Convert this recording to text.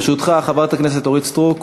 ברשותך, חברת הכנסת אורית סטרוק.